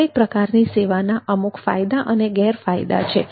દરેક પ્રકારની સેવાના અમુક ફાયદા અને ગેરફાયદા છે